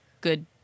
good